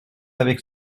avec